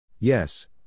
Yes